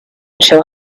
shall